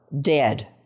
dead